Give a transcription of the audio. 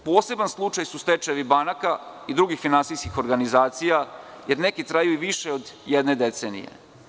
Poseban slučaj su stečajevi banaka i drugih finansijskih organizacija, jer neki traju i više od jedne decenije.